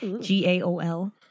G-A-O-L